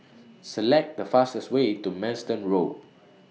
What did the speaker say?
Select The fastest Way to Manston Road